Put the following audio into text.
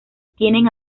tienen